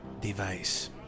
device